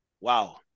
wow